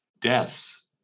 deaths